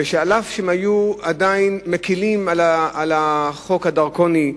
ואף שמקלים בחוק הדרקוני,